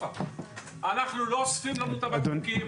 לא אוספים לנו את הבקבוקים,